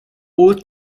old